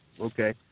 Okay